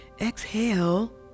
exhale